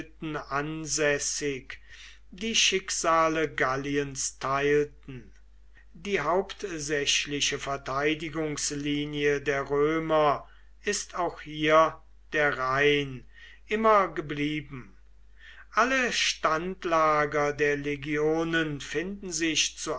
ansässig die schicksale galliens teilten die hauptsächliche verteidigungslinie der römer ist auch hier der rhein immer geblieben alle standlager der legionen finden sich